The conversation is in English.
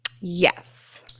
Yes